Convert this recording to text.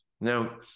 Now